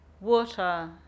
water